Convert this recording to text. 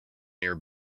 near